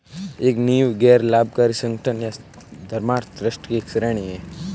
एक नींव गैर लाभकारी संगठन या धर्मार्थ ट्रस्ट की एक श्रेणी हैं